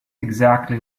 exactly